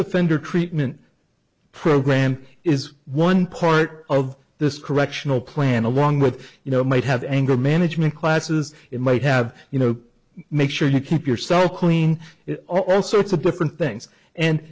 offender treatment program is one part of this correctional plan along with you know might have anger management classes it might have you know make sure you keep yourself clean all sorts of different things and